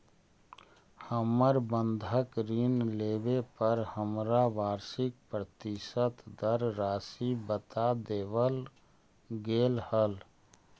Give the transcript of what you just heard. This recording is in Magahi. हमर बंधक ऋण लेवे पर हमरा वार्षिक प्रतिशत दर राशी बता देवल गेल हल